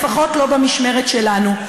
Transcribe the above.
לפחות לא במשמרת שלנו.